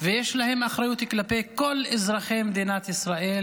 ויש להם אחריות כלפי כל אזרחי מדינת ישראל,